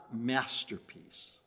masterpiece